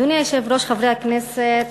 חברי הכנסת,